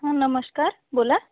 हां नमस्कार बोला